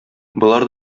болар